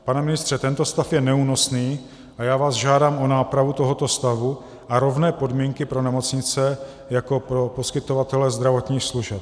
Pane ministře, tento stav je neúnosný a já vás žádám o nápravu tohoto stavu a rovné podmínky pro nemocnice jako pro poskytovatele zdravotních služeb.